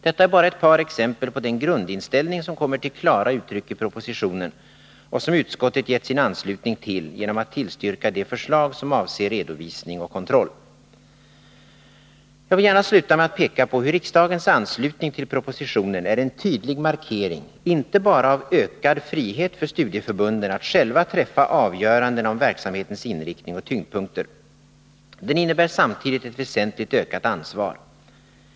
Detta är bara ett par exempel på den grundinställning som kommer till klara uttryck i propositionen och som utskottet gett sin anslutning till genom att tillstyrka de förslag som avser redovisning och kontroll. Jag vill gärna sluta med att peka på hur riksdagens anslutning till propositionen är en tydlig markering inte bara av ökad frihet för studieförbunden att själva träffa avgörandena om verksamhetens inriktning och tyngdpunkter. Den innebär samtidigt ett väsentligt ökat ansvar.